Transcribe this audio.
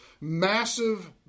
massive